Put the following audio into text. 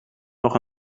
nog